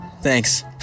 thanks